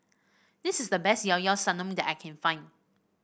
this is the best Llao Llao Sanum that I can find